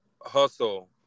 hustle